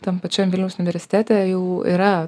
tam pačiam vilniaus universitete jau yra